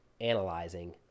analyzing